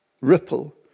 ripple